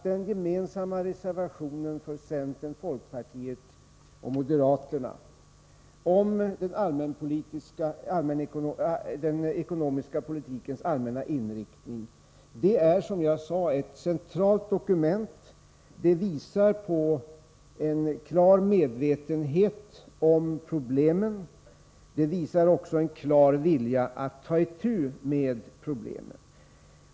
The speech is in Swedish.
Den gemensamma reservationen från centern, folkpartiet och moderaterna om den ekonomiska politikens allmänna inriktning är, som jag sade, ett centralt dokument, som visar på en klar medvetenhet om problemen. Det visar också en uppenbar vilja att ta itu med problemen.